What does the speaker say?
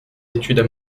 études